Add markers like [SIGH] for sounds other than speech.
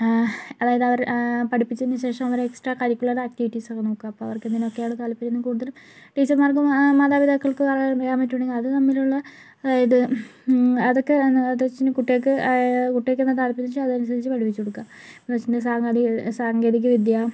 അതായത് അവര് പഠിപ്പിച്ചതിനു ശേഷം അവരുടെ എക്സ്ട്രാ കരിക്കുലർ ആക്ടിവിറ്റീസ് ഒക്കെ നോക്കുക അപ്പോൾ അവർക്കെന്തിനൊക്കെയാണ് താല്പര്യം എന്ന് കൂടുതലും ടീച്ചർമാർക്കും മാതാപിതാക്കൾക്കും അറിയാൻ പറ്റുകയാണെങ്കിൽ അത് തമ്മിലുള്ള ഇത് അതൊക്കെ [UNINTELLIGIBLE] കുട്ടികൾക്ക് കുട്ടികൾക്ക് ഏതാണ് താല്പര്യം എന്നു വെച്ചാൽ അതിനനുസരിച്ച് പഠിപ്പിച്ചു കൊടുക്കുക [UNINTELLIGIBLE] സാങ്കേതികവിദ്യ